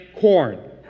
corn